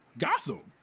Gotham